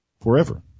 forever